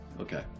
Okay